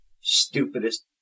stupidest